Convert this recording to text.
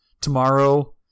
Tomorrow